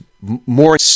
more